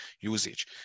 usage